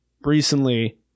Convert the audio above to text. recently